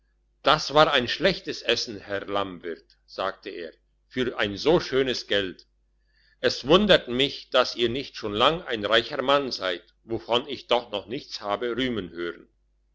das war ein schlechtes essen herr lammwirt sagte er für ein so schönes geld es wundert mich dass ihr nicht schon lang ein reicher mann seid wovon ich doch noch nichts habe rühmen hören